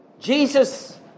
Jesus